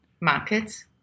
markets